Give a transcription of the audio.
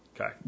Okay